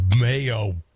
Mayo